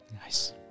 Nice